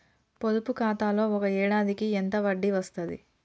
పొదుపు ఖాతాలో ఒక ఏడాదికి ఎంత వడ్డీ వస్తది?